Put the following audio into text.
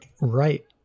right